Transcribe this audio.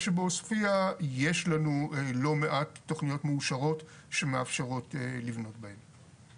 כיוון שבעוספיה יש לנו לא מעט תוכניות מאושרת שמאפשרות לבנות בהן.